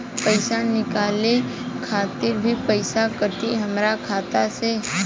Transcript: पईसा निकाले खातिर भी पईसा कटी हमरा खाता से?